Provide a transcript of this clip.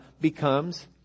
becomes